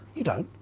you don't,